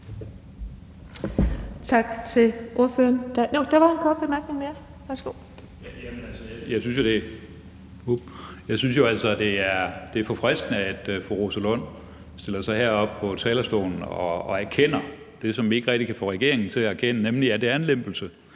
Skaarup (DD): Jeg synes jo, det er forfriskende, at fru Rosa Lund stiller sig herop på talerstolen og erkender det, som vi ikke rigtig kan få regeringen til at erkende, nemlig at det er en lempelse.